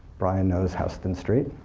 brian knows houston street.